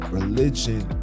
religion